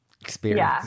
experience